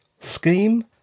scheme